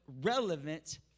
relevant